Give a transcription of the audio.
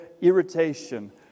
irritation